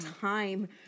time